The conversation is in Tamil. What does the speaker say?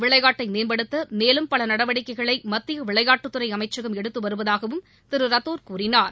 விளையாட்டை மேம்படுத்த மேலும் பல நடவடிக்கைகளை மத்திய விளையாட்டுத்துறை அமைச்சகம் எடுத்து வருவதாகவும் திரு ரத்தோர் கூறினார்